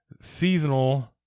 seasonal